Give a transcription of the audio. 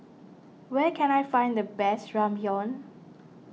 where can I find the best Ramyeon